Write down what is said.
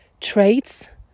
traits